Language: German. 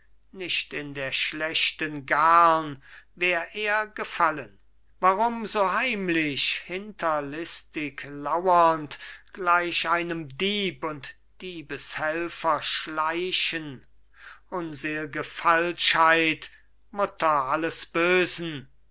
nicht in der schlechten garn wär er gefallen warum so heimlich hinterlistig laurend gleich einem dieb und diebeshelfer schleichen unselge falschheit mutter alles bösen